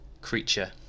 creature